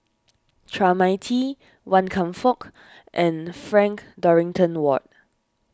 Chua Mia Tee Wan Kam Fook and Frank Dorrington Ward